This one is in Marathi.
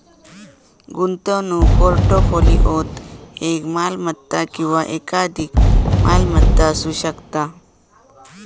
गुंतवणूक पोर्टफोलिओत एक मालमत्ता किंवा एकाधिक मालमत्ता असू शकता